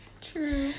true